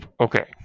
Okay